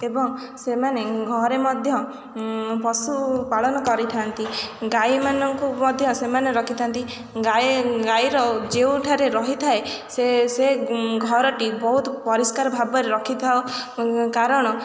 ଏବଂ ସେମାନେ ଘରେ ମଧ୍ୟ ପଶୁପାଳନ କରିଥାନ୍ତି ଗାଈମାନଙ୍କୁ ମଧ୍ୟ ସେମାନେ ରଖିଥାନ୍ତି ଗାଈ ଗାଈର ଯେଉଁଠାରେ ରହିଥାଏ ସେ ସେ ଘରଟି ବହୁତ ପରିଷ୍କାର ଭାବରେ ରଖିଥାଉ କାରଣ